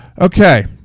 Okay